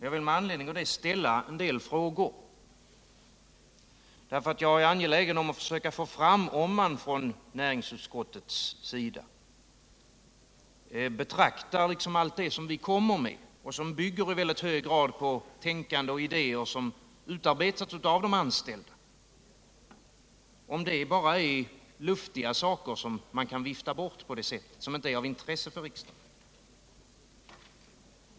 Jag vill med anledning av det ställa en del frågor, därför att jag är angelägen om att försöka få fram om man från näringsutskottets sida betraktar allt det vi framför — och som i väldigt hög grad bygger på tänkande och idéer som utarbetats av de anställda — som luftiga saker, som man kan vifta bort och som inte är av intresse för riksdagen.